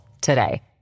today